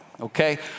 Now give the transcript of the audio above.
okay